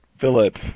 Philip